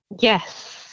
Yes